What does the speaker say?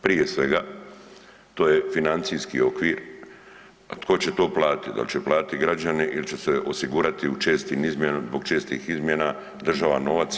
Prije svega to je financijski okvir, a tko će to platiti, dal će platiti građani il će se osigurati u čestim izmjenama, zbog čestih izmjena država novac?